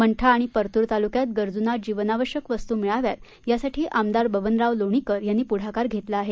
मंठा आणि परतूर तालुक्यात गरजूंना जीवनावश्यक वस्तू मिळाव्यात यासाठी आमदार बबनराव लोणीकर यांनी पुढाकार घेतला आहे